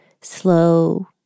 Slow